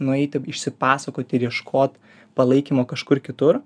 nueiti išsipasakoti ir ieškot palaikymo kažkur kitur